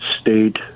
state